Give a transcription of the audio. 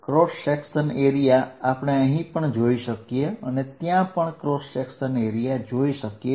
આડછેદ આપણે અહીં પણ જોઈ શકીએ અને ત્યાં પણ આડછેદ જોઈ શકીએ